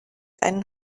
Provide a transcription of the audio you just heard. einen